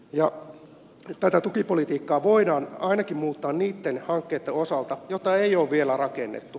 tätä tukipolitiikkaa voidaan ainakin muuttaa niitten hankkeitten osalta joita ei ole vielä rakennettu